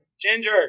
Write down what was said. Ginger